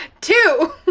Two